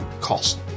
cost